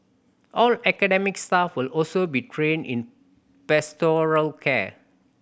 all academic staff will also be trained in pastoral care